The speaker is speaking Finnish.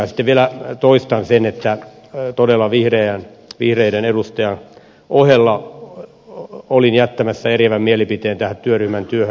ja sitten vielä toistan sen että todella vihreiden edustajan ohella olin jättämässä eriävän mielipiteen tähän työryhmän työhön